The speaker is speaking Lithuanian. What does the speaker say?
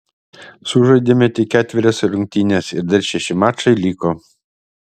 sužaidėme tik ketverias rungtynes ir dar šeši mačai liko